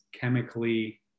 chemically